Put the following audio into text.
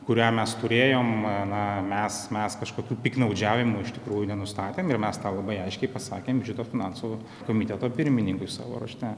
kurią mes turėjom na mes mes kažkokių piktnaudžiavimų iš tikrųjų nenustatėm ir mes tą labai aiškiai pasakėm šito finansų komiteto pirmininkui savo rašte